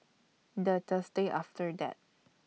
The Thursday after that